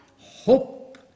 Hope